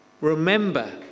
remember